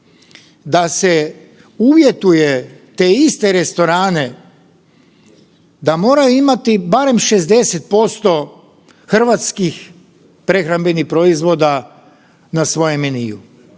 da se uvjetuje te iste restorane da moraju imati barem 60% hrvatskih prehrambenih proizvoda na svojem meniju.